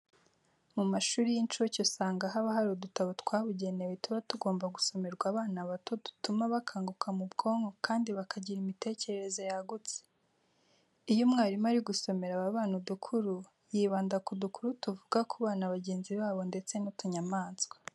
Mu mashuri y'incuke usanga haba hari udutabo twabugenewe tuba tugomba gusomerwa abana bato dutuma bakanguka mu bwonko kandi bakagira imitekerereze yagutse. Iyo umwarimu ari gusomera aba bana udukuru, yibanda ku dukuru tuvuga ku bana bagenzi babo ndetse n'utunyamaswa.